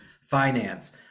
Finance